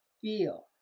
Feel